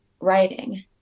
writing